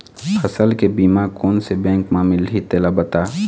फसल के बीमा कोन से बैंक म मिलही तेला बता?